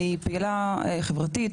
אני פעילה חברתית,